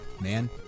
man